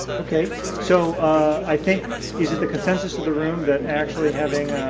okay, so i think is it the consensus of the room that actually having